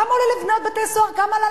כמה עולה לבנות בתי-סוהר?